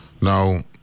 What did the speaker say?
Now